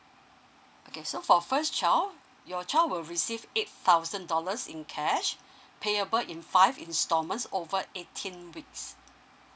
okay so for first child your child will receive eight thousand dollars in cash payable in five instalments over eighteen weeks